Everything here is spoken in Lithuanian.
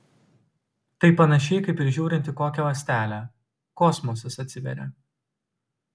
tai panašiai kaip ir žiūrint į kokią ląstelę kosmosas atsiveria